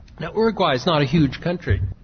now uruguay is not a huge country,